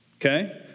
Okay